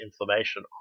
inflammation